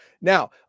Now